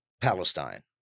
Palestine